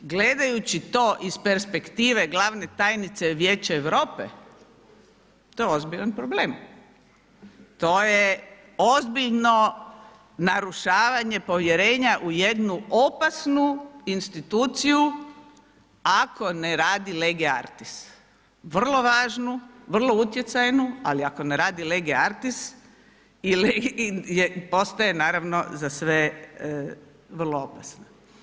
Gledajući to iz perspektive glavne tajnice Vijeća Europe, to je ozbiljan problem, to je ozbiljno narušavanje povjerenja u jednu opasnu instituciju ako ne radi lege artis, vrlo važnu, vrlo utjecajnu, ali ako ne radi lege artis, postaje naravno za sve vrlo opasno.